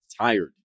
tired